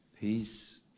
peace